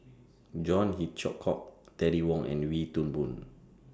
John Hitchcock Terry Wong and Wee Toon Boon